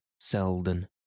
Selden